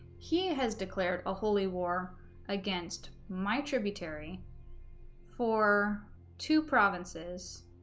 he has declared a holy war against my tributary for two provinces